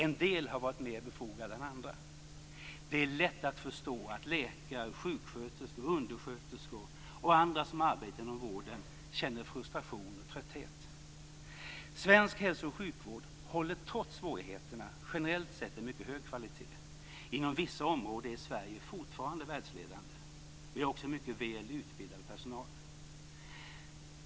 En del har varit mer befogade än andra. Det är lätt att förstå att läkare, sjuksköterskor, undersköterskor och andra som arbetar inom vården känner frustration och trötthet. Svensk hälso och sjukvård håller trots svårigheterna generellt sett en mycket hög kvalitet. Inom vissa områden är Sverige fortfarande världsledande. Vi har också mycket väl utbildad personal.